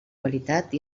qualitat